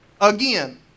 Again